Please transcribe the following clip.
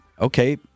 okay